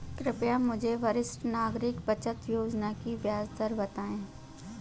कृपया मुझे वरिष्ठ नागरिक बचत योजना की ब्याज दर बताएं